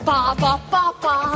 Ba-ba-ba-ba